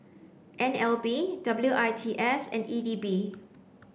N L B W I T S and E D B